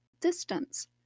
Distance